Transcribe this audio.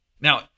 Now